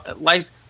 life –